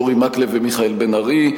וחברי הכנסת אורי מקלב ומיכאל בן-ארי,